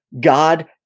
God